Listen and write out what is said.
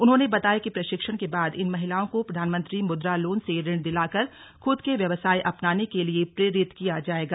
उन्होने बताया कि प्रशिक्षण के बाद इन महिलाओं को प्रधानमंत्री मुद्रा लोन से ऋण दिलाकर खूद के व्यवसाय अपनाने के लिए प्रेरित किया जाएगा